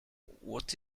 what